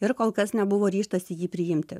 ir kol kas nebuvo ryžtasi jį priimti